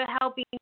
helping